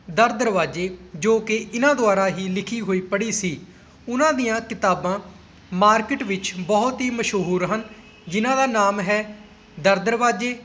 ਦਰ ਦਰਵਾਜ਼ੇ ਜੋ ਕਿ ਇਹਨਾਂ ਦੁਆਰਾ ਹੀ ਲਿਖੀ ਹੋਈ ਪੜ੍ਹੀ ਸੀ ਉਹਨਾਂ ਦੀਆਂ ਕਿਤਾਬਾਂ ਮਾਰਕੀਟ ਵਿੱਚ ਬਹੁਤ ਹੀ ਮਸ਼ਹੂਰ ਹਨ ਜਿਹਨਾਂ ਦਾ ਨਾਮ ਹੈ ਦਰ ਦਰਵਾਜ਼ੇ